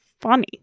funny